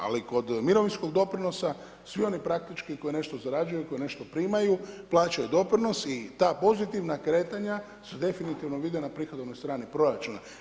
Ali kod mirovinskog doprinosa, svi oni koji praktički koji nešto zarađuju, koji nešto primaju, plaćaju doprinos i ta pozitivna kretanja su definitivno vidio na prihodovnoj strani proračuna.